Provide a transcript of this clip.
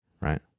right